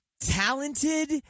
talented